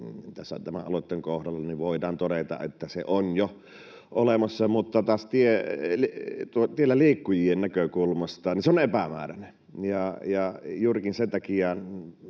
tämän aloitteen kohdalla voidaan todeta, että se on jo olemassa, kun taas tielläliikkujien näkökulmasta se on epämääräinen. Ja juurikin sen takia